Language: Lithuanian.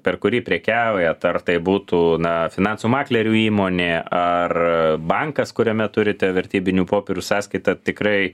per kurį prekiauja tar tai būtų na finansų maklerių įmonė ar bankas kuriame turite vertybinių popierių sąskaitą tikrai